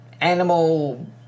animal